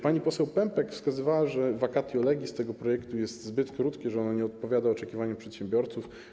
Pani poseł Pępek wskazywała, że vacatio legis tego projektu jest zbyt krótkie, że ono nie odpowiada oczekiwaniom przedsiębiorców.